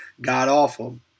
god-awful